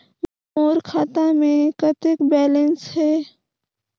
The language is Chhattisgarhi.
मोर खाता मे कतेक बैलेंस हे?